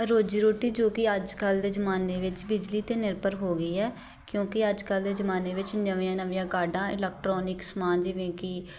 ਰੋਜ਼ੀ ਰੋਟੀ ਜੋ ਕਿ ਅੱਜ ਕੱਲ੍ਹ ਦੇ ਜ਼ਮਾਨੇ ਵਿੱਚ ਬਿਜਲੀ 'ਤੇ ਨਿਰਭਰ ਹੋ ਗਈ ਹੈ ਕਿਉਂਕਿ ਅੱਜ ਕੱਲ੍ਹ ਦੇ ਜ਼ਮਾਨੇ ਵਿੱਚ ਨਵੀਆਂ ਨਵੀਆਂ ਕਾਢਾਂ ਇਲੈਕਟ੍ਰੋਨਿਕ ਸਮਾਨ ਜਿਵੇਂ ਕਿ